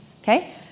Okay